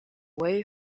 way